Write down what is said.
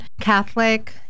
Catholic